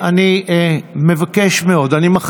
ואתה בחסותך גורם לכך שהעסק הזה יתעורר